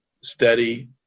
steady